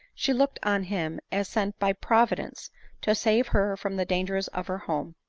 she looked on him as sent by providence to save her from the dangers of her home.